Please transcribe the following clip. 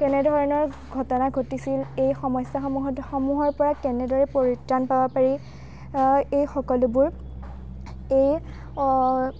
তেনে ধৰণৰ ঘটনা ঘটিছিল এই সমস্যাসমূহ সমূহৰ পৰা কেনেদৰে পৰিত্ৰাণ পাব পাৰি এই সকলোবোৰ এই